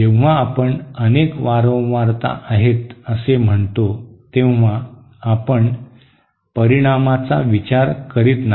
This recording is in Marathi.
जेव्हा आपण अनेक वारंवारता आहेत असे म्हणतो तेव्हा आपण परिणामाचा विचार करीत नाही